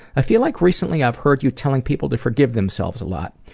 i feel like recently i've heard you telling people to forgive themselves a lot.